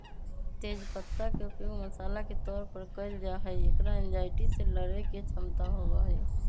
तेज पत्ता के उपयोग मसाला के तौर पर कइल जाहई, एकरा एंजायटी से लडड़े के क्षमता होबा हई